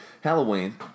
Halloween